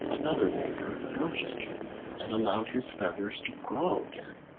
another neighbor purchased him and allowed his feathers to grow again.